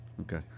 Okay